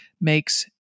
makes